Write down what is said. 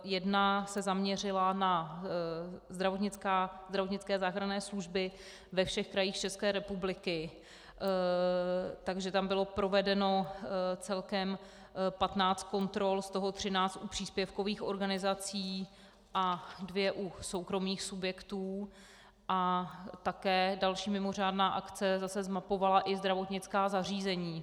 Jedna se zaměřila na zdravotnické záchranné služby ve všech krajích České republiky, takže tam bylo provedeno celkem 15 kontrol, z toho 13 u příspěvkových organizací a dvě u soukromých subjektů, a také další mimořádná akce zmapovala i zdravotnická zařízení.